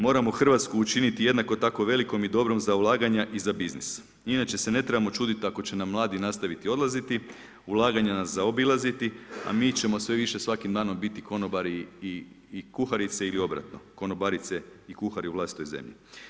Moramo Hrvatsku učiniti jednako tako velikom i dobrom za ulaganja i za biznis inače se ne trebamo čuditi ako će nam mladi nastaviti odlaziti, ulaganja nas zaobilaziti a mi ćemo sve više svakim danom biti konobari i kuharice ili obratno, konobarice i kuhari u vlastitoj zemlji.